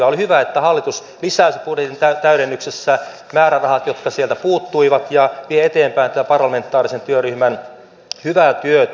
oli hyvä että hallitus lisäsi budjetin täydennyksessä määrärahat jotka sieltä puuttuivat ja vie eteenpäin tätä parlamentaarisen työryhmän hyvää työtä